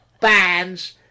bands